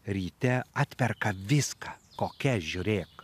ryte atperka viską kokia žiūrėk